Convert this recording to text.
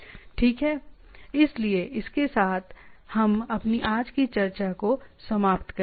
ठीक है इसलिए इसके साथ हम अपनी आज की चर्चा को समाप्त करें